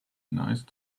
nice